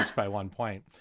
by one point.